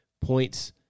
points